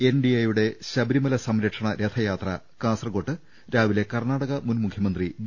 NDA യുടെ ശബരിമല സംരക്ഷണ രഥയാത്ര കാസർകോട്ട് രാവിലെ കർണാടക മുൻ മുഖ്യമന്ത്രി ബി